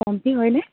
পম্পী হয়নে